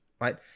right